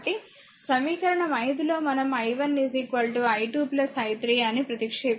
కాబట్టి సమీకరణం 5 లో మనం i1 i2 i3 అని ప్రతిక్షేపించండి